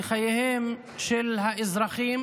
לחייהם של האזרחים